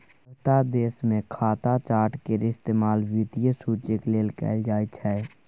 सभटा देशमे खाता चार्ट केर इस्तेमाल वित्तीय सूचीक लेल कैल जाइत छै